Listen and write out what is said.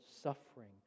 suffering